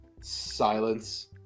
Silence